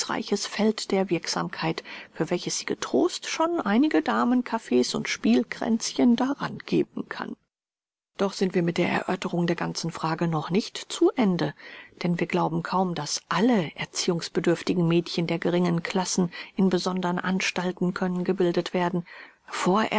feld der wirksamkeit für welches sie getrost schon einige damen kaffees und spielkränzchen daran geben kann doch sind wir mit der erörterung der ganzen frage noch nicht zu ende denn wir glauben kaum daß alle erziehungsbedürftigen mädchen der geringen klassen in besondren anstalten können gebildet werden